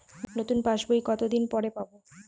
নতুন পাশ বই কত দিন পরে পাবো?